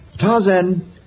Tarzan